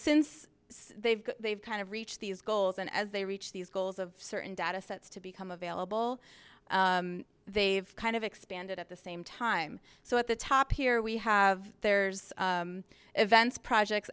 since they've they've kind of reach these goals and as they reach these goals of certain data sets to become available they've kind of expanded at the same time so at the top here we have there's events projects